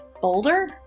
Boulder